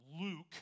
Luke